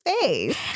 face